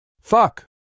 Fuck